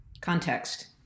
context